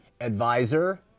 advisor